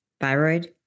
thyroid